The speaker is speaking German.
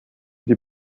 die